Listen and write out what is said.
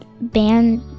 band